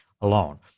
alone